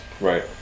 Right